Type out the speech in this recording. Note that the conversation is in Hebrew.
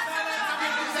אתה מקוזז.